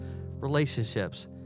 relationships